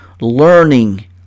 learning